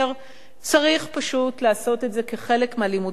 צריך פשוט לעשות את זה כחלק מהלימודים בבית-הספר,